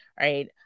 Right